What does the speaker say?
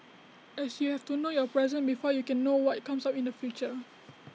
as you have to know your present before you can know what comes up in the future